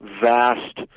vast